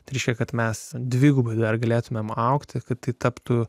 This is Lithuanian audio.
tris šie kad mes dvigubą dar galėtumėme augti kad taptų